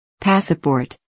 Passport